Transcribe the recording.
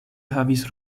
havis